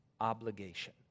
obligation